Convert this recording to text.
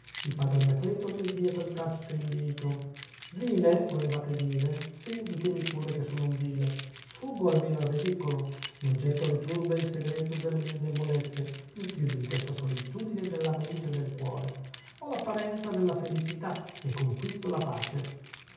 il padre anacleto obbedì a quel tacito invito vile volevate dire sì ditemi pure che sono un vile sfuggo almeno al ridicolo non getto alle turbe il segreto delle mie debolezze mi chiudo in questa solitudine della mente e del cuore ho l'apparenza della felicità e conquisto la pace